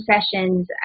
sessions